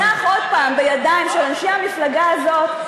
אם הוא יונח עוד הפעם בידיים של אנשי המפלגה הזאת,